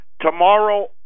tomorrow